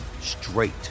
straight